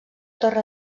torre